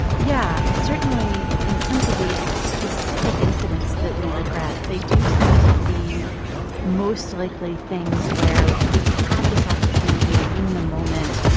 yeah, certainly, in terms of the specific incidents that we regret, they do seem to be most likely things where we had this opportunity in the moment,